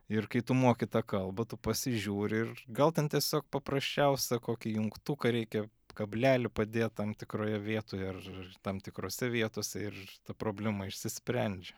ir kai tu moki tą kalbą tu pasižiūri ir gal ten tiesiog paprasčiausia kokį jungtuką reikia kablelį padėt tam tikroje vietoje ar tam tikrose vietose ir ta problema išsisprendžia